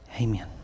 Amen